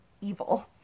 evil